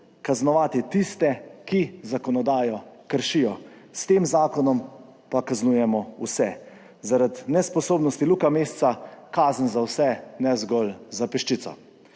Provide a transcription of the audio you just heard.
kaznovati tiste, ki zakonodajo kršijo, s tem zakonom pa kaznujemo vse. Zaradi nesposobnosti Luke Mesca, kazen za vse, ne zgolj za peščico.